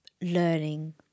learning